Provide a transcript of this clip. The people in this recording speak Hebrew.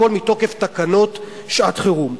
הכול מתוקף תקנות שעת-חירום.